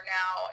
now